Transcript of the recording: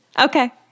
Okay